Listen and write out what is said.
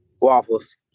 waffles